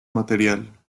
material